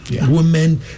Women